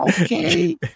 Okay